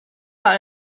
par